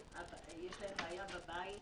יש להם בעיה בבית,